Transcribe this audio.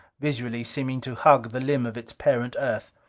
visually seeming to hug the limb of its parent earth.